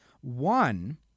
one